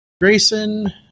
Grayson